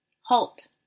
HALT